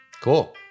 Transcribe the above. Cool